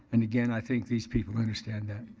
and again, i think these people understand that.